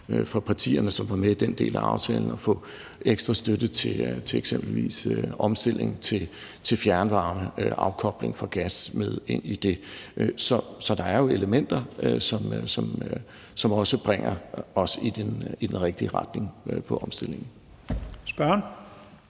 for partierne, som var med i den del af aftalen, at få ekstra støtte til eksempelvis omstilling til fjernvarme og til afkobling fra gas med ind i det. Så der er jo elementer, som også bringer os i den rigtige retning med hensyn